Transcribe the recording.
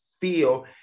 feel